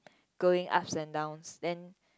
going ups and downs then